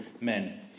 men